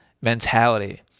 mentality